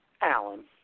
Alan